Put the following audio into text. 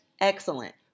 Excellent